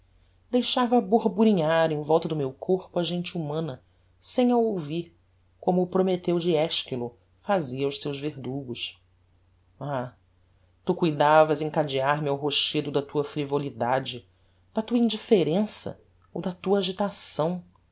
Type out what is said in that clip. deixava borborinhar em volta do meu corpo a gente humana sem a ouvir como o prometheu de eschylo fazia aos seus verdugos ah tu cuidavas encadear me ao rochedo da tua frivolidade da tua indifferença ou da tua agitação